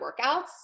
workouts